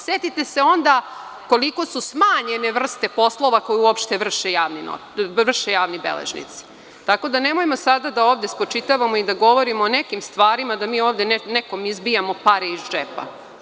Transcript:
Setite se onda koliko su smanjene vrste poslova koje uopšte vrše javni beležnici, tako da nemojmo sada da ovde spočitavamo i da govorimo o nekim stvarima, da mi ovde nekom izbijamo pare iz džepa.